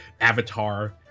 Avatar